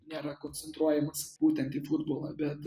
nėra koncentruojamas būtent į futbolą bet